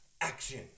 Action